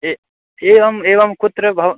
ए एवम् एवं कुत्र भव्